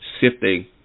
Sifting